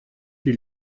die